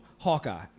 Hawkeye